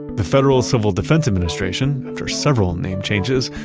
the federal civil defense administration, after several name changes,